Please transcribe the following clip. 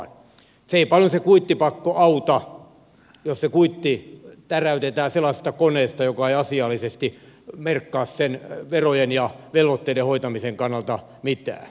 se ei paljon se kuittipakko auta jos se kuitti täräytetään sellaisesta koneesta joka ei asiallisesti merkkaa sen verojen ja velvoitteiden hoitamisen kannalta mitään